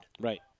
Right